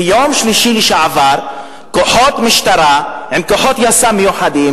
ביום שלישי שעבר כוחות משטרה עם כוחות יס"מ מיוחדים